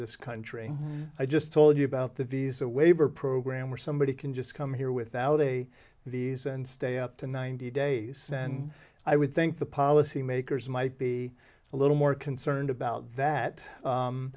this country i just told you about the visa waiver program where somebody can just come here without a visa and stay up to ninety days and i would think the policy makers might be a little more concerned about that